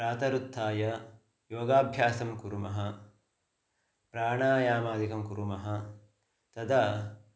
प्रातरुत्थाय योगाभ्यासं कुर्मः प्राणायामादिकं कुर्मः तदा